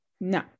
no